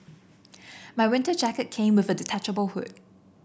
my winter jacket came with a detachable hood